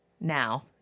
now